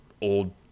old